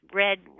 red